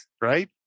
right